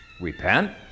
repent